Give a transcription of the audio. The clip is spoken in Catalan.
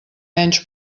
menys